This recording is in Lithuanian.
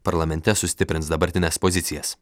parlamente sustiprins dabartines pozicijas